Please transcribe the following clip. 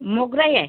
मोगराही आहे